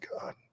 god